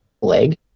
leg